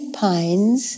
pines